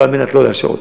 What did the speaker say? לא על מנת לא לאשר אותן.